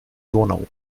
donau